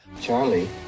Charlie